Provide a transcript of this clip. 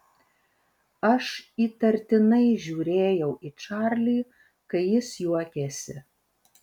aš įtartinai žiūrėjau į čarlį kai jis juokėsi